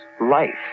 life